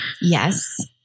yes